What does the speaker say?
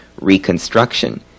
reconstruction